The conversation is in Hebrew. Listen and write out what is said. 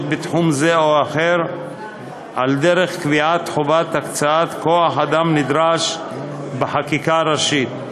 בתחום זה או אחר על דרך קביעת חובת הקצאת כוח-אדם נדרש בחקיקה ראשית.